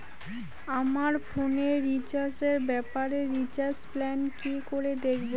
আমার ফোনে রিচার্জ এর ব্যাপারে রিচার্জ প্ল্যান কি করে দেখবো?